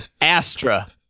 Astra